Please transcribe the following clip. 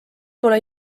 pole